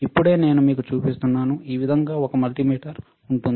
ఇప్పుడే నేను మీకు చూపిస్తున్నాను ఈ విధంగా ఒక మల్టీమీటర్ ఉంటుంది